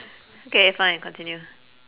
okay fine continue